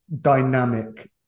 dynamic